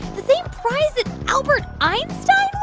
the same prize that albert einstein